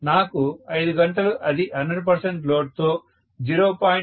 నాకు 5 గంటలు అది 100 లోడ్తో 0